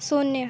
शून्य